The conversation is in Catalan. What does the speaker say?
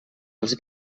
els